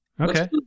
Okay